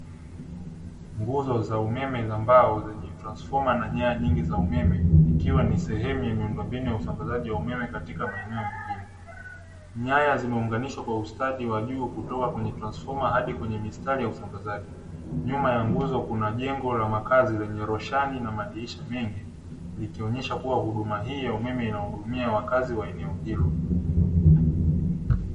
Nguzo za umeme za mbao zenye transifoma na nyaya nyingi za umeme, ikiwa ni sehemu ya miundombinu ya usambazaji wa umeme katika maeneo ya mjini. Nyaya zimeonganishwa kwa ustadi wajuu kutoka kwenye transifoma hadi kwenye mistari ya usambazaji, nyuma ya nguzo kuna jengo la makazi lenye roshani na madirisha mengi, likionesha kuwa huduma hii ya umeme inahudumia wakazi wa eneo hilo.